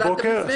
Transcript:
והודעתם לפני כן.